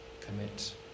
commit